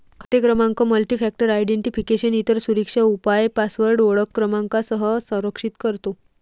खाते क्रमांक multifactor identification, इतर सुरक्षा उपाय पासवर्ड ओळख क्रमांकासह संरक्षित करतो